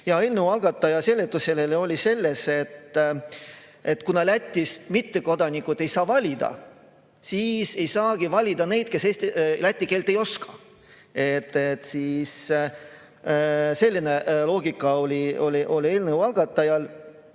Eelnõu algataja seletus oli, et kuna Lätis mittekodanikud ei saa valida, siis ei saagi valida neid, kes läti keelt ei oska. Selline loogika oli eelnõu algatajal,